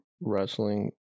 Wrestling